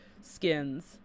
skins